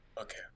okay